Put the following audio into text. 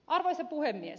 arvoisa puhemies